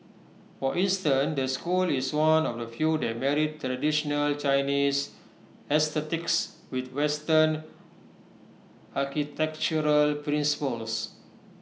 for instance the school is one of the few that married traditional Chinese aesthetics with western architectural principles